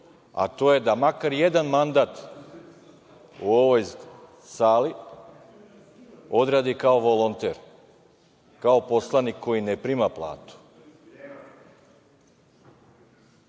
a to je da makar jedan mandat u ovoj sali odradi kao volonter, kao poslanik koji ne prima platu.